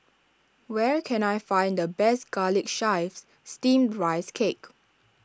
where can I find the best Garlic Chives Steamed Rice Cake